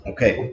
Okay